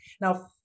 now